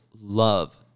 love